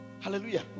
Hallelujah